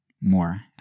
more